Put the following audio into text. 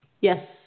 Yes